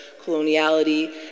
coloniality